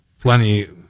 plenty